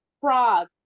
frog